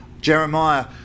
Jeremiah